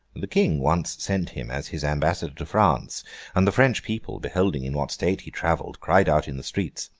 the king once sent him as his ambassador to france and the french people, beholding in what state he travelled, cried out in the streets,